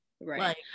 Right